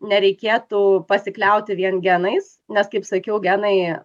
nereikėtų pasikliauti vien genais nes kaip sakiau genai